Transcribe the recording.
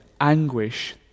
anguish